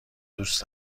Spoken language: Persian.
دوست